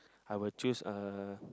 I will choose uh